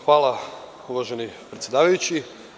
Hvala uvaženi predsedavajući.